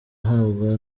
ahabwa